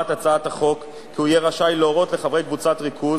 הצעת החוק קובעת כי הוא יהיה רשאי להורות לחברי קבוצת ריכוז,